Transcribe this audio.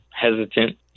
hesitant